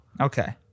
Okay